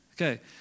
Okay